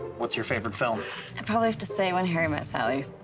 what's your favorite film? i'd probably have to say when harry met sally.